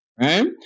Right